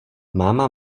máma